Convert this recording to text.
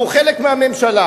והוא חלק מהממשלה.